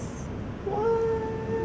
what